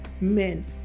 Men